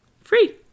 Free